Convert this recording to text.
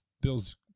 Bill's